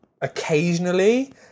occasionally